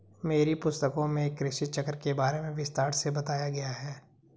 मेरी पुस्तकों में कृषि चक्र के बारे में विस्तार से बताया गया है